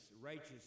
righteous